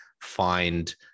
find